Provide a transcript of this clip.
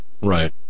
Right